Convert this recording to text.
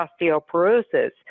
osteoporosis